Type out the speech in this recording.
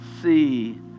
see